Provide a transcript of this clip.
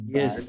yes